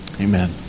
Amen